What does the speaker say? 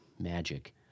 magic